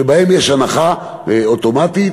שבהן יש הנחה אוטומטית,